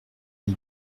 les